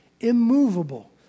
immovable